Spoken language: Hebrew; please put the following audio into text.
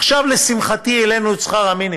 עכשיו, לשמחתי, העלינו את שכר המינימום,